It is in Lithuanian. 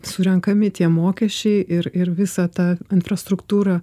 surenkami tie mokesčiai ir ir visa ta infrastruktūra